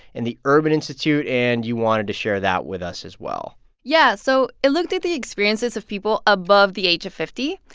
and the urban institute. and you wanted to share that with us, as well yeah. so it looked at the experiences of people above the age of fifty.